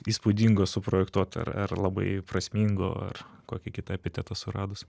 įspūdingo suprojektuoti ar labai prasmingo ar kokį kitą epitetą suradus